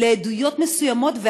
לעדויות מסוימות,